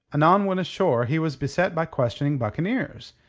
anon when ashore he was beset by questioning buccaneers,